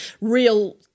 real